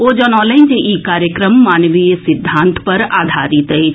ओ जनौलनि जे ई कार्यक्रम मानवीय सिद्धांत पर आधारित अछि